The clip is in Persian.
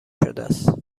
شدهست